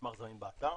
המסמך זמין באתר.